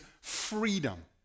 freedom